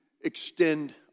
extend